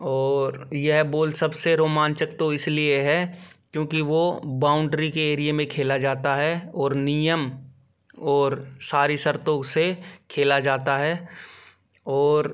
और यह बोल सबसे रोमांचक तो इसलिए है क्योंकि वो बाउंड्री के एरिया में खेला जाता है और नियम और सारी शर्तों से खेला जाता है और